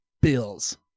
Bills